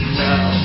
now